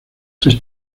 tres